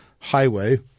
highway